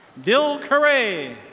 dill curray.